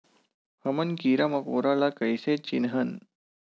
हमन कीरा मकोरा ला कइसे चिन्हन?